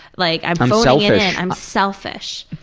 like i'm i'm selfish. i'm selfish.